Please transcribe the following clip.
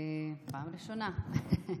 פעם ראשונה,